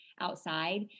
outside